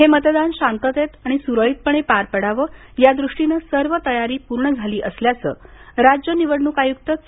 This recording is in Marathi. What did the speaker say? हे मतदान शांततेत आणि सुरळितपणे पार पडावं यादृष्टीनं सर्व तयारी पूर्ण झाली असल्याचं राज्य निवडणूक आयुक्त के